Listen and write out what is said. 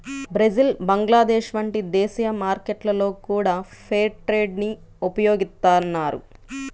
Brazil Bangladesh వంటి దేశీయ మార్కెట్లలో గూడా ఫెయిర్ ట్రేడ్ ని ఉపయోగిత్తన్నారు